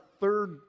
third